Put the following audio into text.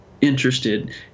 interested